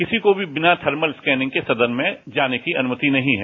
किसी को भी बिना थर्मल स्कैनिंग के सदन में जाने की अनुमति नहीं है